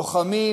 לוחמים